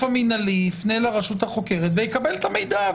המינהלי יפנה לרשות החוקרת ויקבל את המידע,